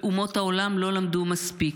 ואומות העולם לא למדו מספיק.